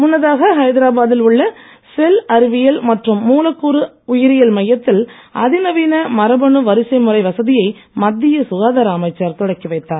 முன்னதாக ஹைதராபாத்தில் உள்ள செல் அறிவியல் மற்றும் மூலக்கூறு உயிரியல் மையத்தில் அதிநவீன மரபணு வரிசைமுறை வசதியை மத்திய சுகாதார அமைச்சர் தொடக்கி வைத்தார்